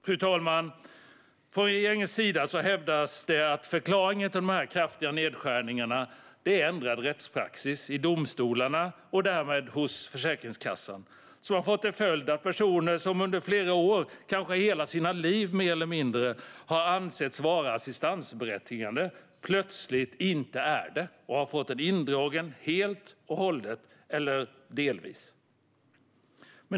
Fru talman! Från regeringens sida hävdas att förklaringen till de kraftiga nedskärningarna är ändrad rättspraxis i domstolarna och därmed hos Försäkringskassan. Det har fått till följd att personer som under flera år, kanske mer eller mindre hela sina liv, har ansetts vara assistansberättigade plötsligt inte är det och har fått assistansen indragen helt och hållet eller delvis.